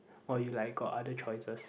or you like got other choices